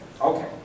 Okay